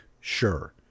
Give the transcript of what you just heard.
sure